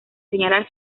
señalar